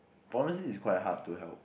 honestly is quite hard to help